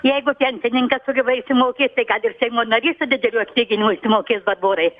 jeigu pensininkas sugeba išsimokėt tai gal ir seimo narys su dideliu atlyginimu išsimokės barborai